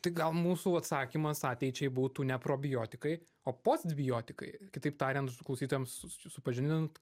tai gal mūsų atsakymas ateičiai būtų ne probiotikai o posbiotikai kitaip tariant klausytojams supažindint